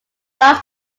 vows